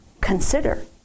consider